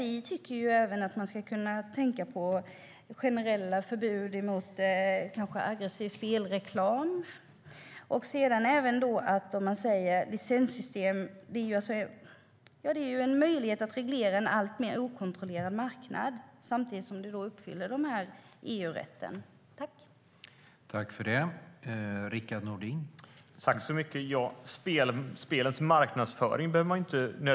Vi tycker ju att man även ska titta på generella förbud mot aggressiv spelreklam. Licenssystem är en annan möjlighet att kontrollera en alltmer okontrollerad marknad, samtidigt som det uppfyller EU-rättens villkor.